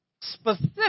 specific